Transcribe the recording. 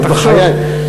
תחשוב.